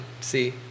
See